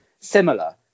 Similar